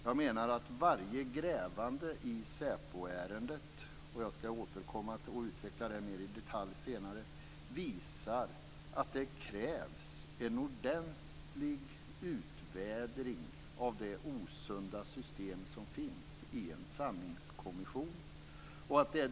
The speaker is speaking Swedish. Jag menar att varje grävande i säpoärendet - jag skall senare återkomma till det och i detalj utveckla det - visar att det krävs en ordentlig utvädring av det osunda system som finns i en sanningskommission.